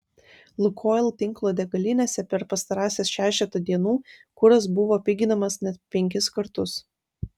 lukoil tinklo degalinėse per pastarąsias šešetą dienų kuras buvo piginamas net penkis kartus